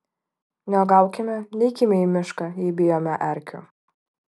neuogaukime neikime į mišką jei bijome erkių